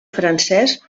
francès